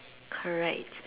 correct